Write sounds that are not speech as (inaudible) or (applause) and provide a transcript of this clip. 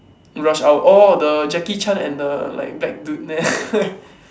rush hour orh the Jackie Chan and the like black dude (laughs)